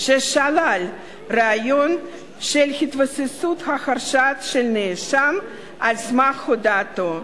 ששלל את הרעיון של התבססות הרשעת נאשם על הודאתו.